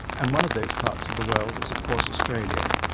and one of those parts of the world is of course australia.